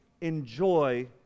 enjoy